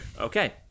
Okay